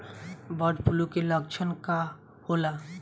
Bird flu के लक्षण का होला?